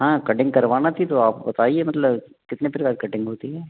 हाँ कटिंग करवाना थी तो आप बताइए मतलब कितने तरह का कटिंग होती है